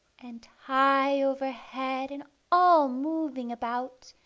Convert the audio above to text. and high overhead and all moving about,